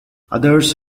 others